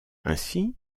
ainsi